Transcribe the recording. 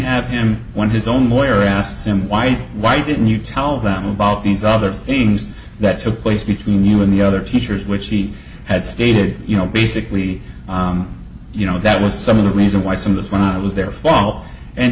have him when his own lawyer asked him why why didn't you tell them about these other things that took place between you and the other teachers which he had stated you know basically you know that was some of the reason why some of this when i was there for all and